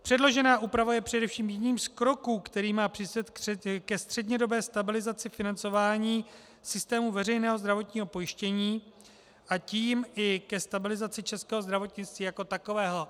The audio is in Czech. Předložená úprava je především jedním z kroků, který má přispět ke střednědobé stabilizaci financování systému veřejného zdravotního pojištění, a tím i ke stabilizaci českého zdravotnictví jako takového.